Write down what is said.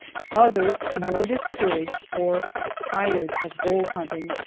others, more discouraged or tired of gold hunting,